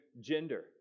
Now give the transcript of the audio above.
gender